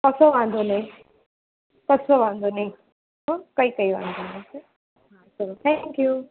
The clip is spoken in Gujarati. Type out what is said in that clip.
કશો વાંધો નહીં કશો વાંધો નહીં હોં કંઈ કંઈ વાંધો થશે ચાલો થેન્ક યૂ